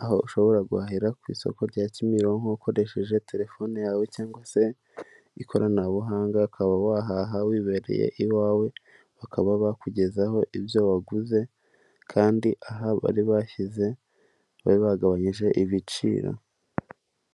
aho ushobora guhahira ku isoko rya Kimironko ukoresheje terefone yawe cyangwa se ikoranabuhanga, ukaba wahaha wibereye iwawe, bakaba bakugezaho ibyo waguze kandi aha bari bashyize, bari bagabanyije ibiciro.